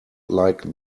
like